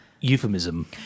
euphemism